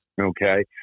okay